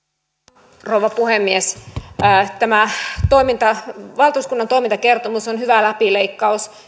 arvoisa rouva puhemies tämä valtuuskunnan toimintakertomus on hyvä läpileikkaus